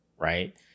right